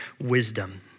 wisdom